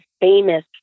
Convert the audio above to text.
famous